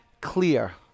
clear